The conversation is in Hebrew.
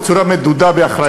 בצורה מדודה ואחראית.